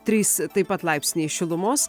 trys taip pat laipsniai šilumos